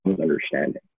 understanding